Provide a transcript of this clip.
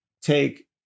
take